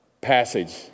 passage